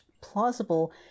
plausible